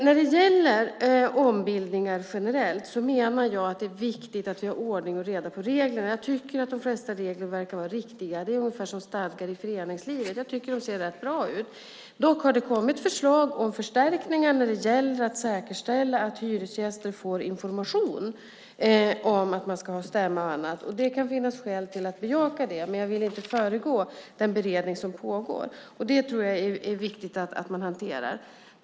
När det gäller ombildningar generellt är det viktigt att vi har ordning och reda på reglerna. Jag tycker att de flesta regler verkar vara riktiga. Det är ungefär som stadgar i föreningslivet. De ser rätt bra ut. Dock har det kommit förslag om förstärkningar när det gäller att säkerställa att hyresgäster får information om att man ska ha stämma och annat. Det kan finnas skäl att bejaka det. Jag vill inte föregå den beredning som pågår, men jag tror att det är viktigt att hantera detta.